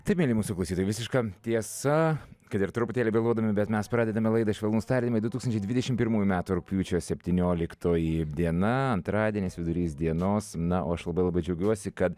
taip mieli mūsų klausytojai visiška tiesa kad ir truputėlį vėluodami bet mes pradedame laida švelnūs tardymai du tūkstančiai dvidešimt pirmųjų metų rugpjūčio septynioliktoji diena antradienis vidurys dienos na o aš labai labai džiaugiuosi kad